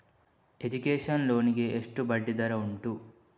Education loan ಗೆ ಎಷ್ಟು ಬಡ್ಡಿ ದರ ಉಂಟು?